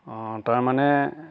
অঁ তাৰমানে